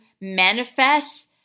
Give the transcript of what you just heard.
manifest